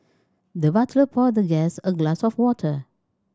the butler poured the guest a glass of water